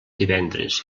divendres